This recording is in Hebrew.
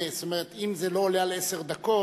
זאת אומרת אם זה לא עולה על עשר דקות,